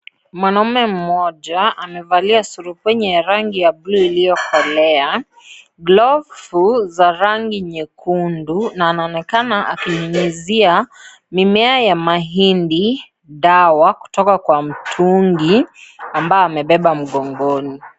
Mwanamme mmoja amevaa surubwenye ya rangi ya bluu iliyokolea ,glovu za rangi nyekundu na anaonekana akinyunyuzia mimea ya mahindi Sawa kutoka kwa mtungi ambao amebeba mkongoni.